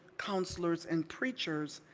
counselors and preachers,